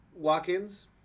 walk-ins